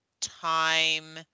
time